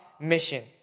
mission